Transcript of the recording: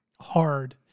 hard